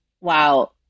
Wow